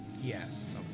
Yes